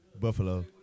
Buffalo